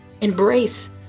Embrace